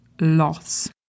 loss